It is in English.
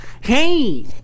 Hey